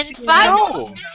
No